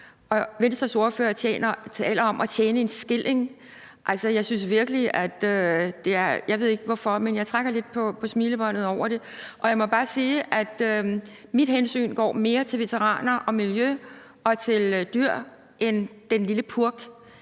lille purk, og Venstres ordfører taler om at tjene en skilling. Jeg ved ikke hvorfor, men jeg trækker lidt på smilebåndet over det, og jeg må sige, at mit hensyn går mere på veteraner og miljø og på dyr end den lille purk